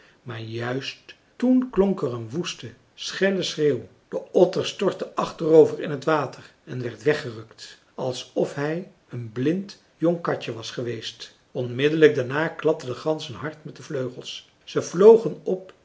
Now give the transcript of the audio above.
maar juist toen klonk er een woeste schelle schreeuw de otter stortte achterover in het water en werd weggerukt alsof hij een blind jong katje was geweest onmiddellijk daarna klapten de ganzen hard met de vleugels ze vlogen op